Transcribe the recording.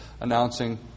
announcing